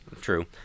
True